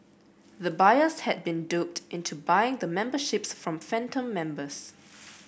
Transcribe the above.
the buyers had been duped into buying the memberships from phantom members